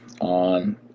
on